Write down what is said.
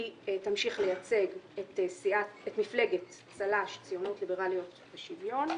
היא תמשיך לייצג את מפלגת צל"ש ציונות ליברליות ושוויון,